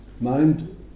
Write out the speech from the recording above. mind